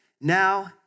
now